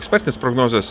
ekspertinės prognozės